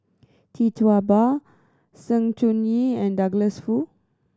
Tee Tua Ba Sng Choon Yee and Douglas Foo